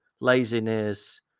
laziness